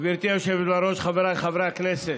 גברתי היושבת בראש, חבריי חברי הכנסת,